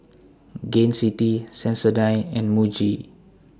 Gain City Sensodyne and Muji